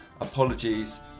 apologies